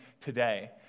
today